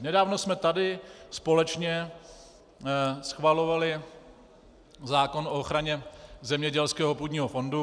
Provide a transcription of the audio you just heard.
Nedávno jsme tady společně schvalovali zákon o ochraně zemědělského půdního fondu.